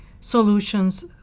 solutions